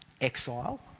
exile